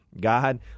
God